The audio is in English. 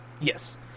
yes